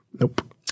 Nope